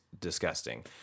disgusting